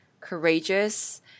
courageous